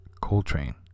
Coltrane